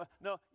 no